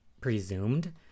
presumed